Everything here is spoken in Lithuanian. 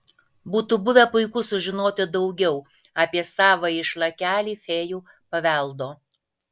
būtų buvę puiku sužinoti daugiau apie savąjį šlakelį fėjų paveldo